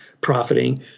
profiting